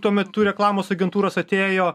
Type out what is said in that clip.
tuo metu reklamos agentūros atėjo